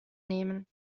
nehmen